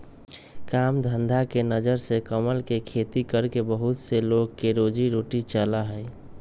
काम धंधा के नजर से कमल के खेती करके बहुत से लोग के रोजी रोटी चला हई